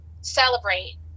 celebrate